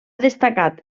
destacat